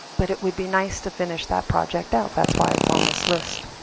but it would be nice to finish that project out. that's why it's on this list.